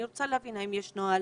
אני רוצה להבין, האם יש נוהל?